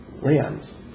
lands